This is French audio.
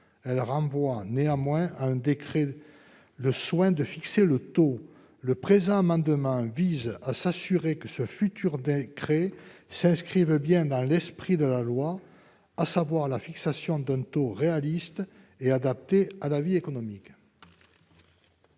elle renvoie néanmoins à un décret le soin de fixer le taux. Le présent amendement vise à s'assurer que ce futur décret s'inscrive bien dans l'esprit de la loi, à savoir la fixation d'un taux réaliste et adapté à la vie économique.